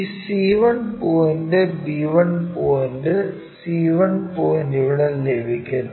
ഈ c1 point b1 point c1 point ഇവിടെ ലഭിക്കുന്നു